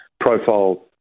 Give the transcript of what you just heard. profile